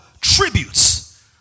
tributes